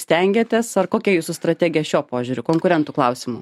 stengiatės ar kokia jūsų strategija šiuo požiūriu konkurentų klausimu